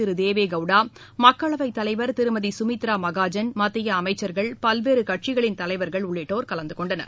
திரு தேவே கவுடா மக்களவைத் தலைவா் திருமதி சுமித்ரா மகாஜன் மத்திய அமைச்சர்கள் பல்வேறு கட்சிகளின் தலைவர்கள் உள்ளிட்டோர் கலந்து கொண்டனர்